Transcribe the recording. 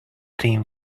team